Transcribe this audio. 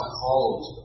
called